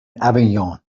avignon